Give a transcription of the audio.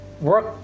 work